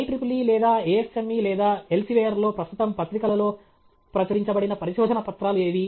IEEE లేదా ASME లేదా Elsevier లో ప్రస్తుతం పత్రికలలో ప్రచురించబడిన పరిశోధన పత్రాలు ఏవి